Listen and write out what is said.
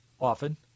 often